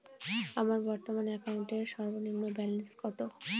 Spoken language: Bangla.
আমার বর্তমান অ্যাকাউন্টের সর্বনিম্ন ব্যালেন্স কত?